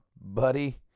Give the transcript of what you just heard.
Buddy